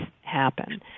happen